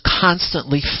constantly